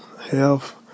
health